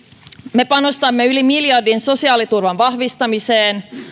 me panostamme yli miljardin sosiaaliturvan vahvistamiseen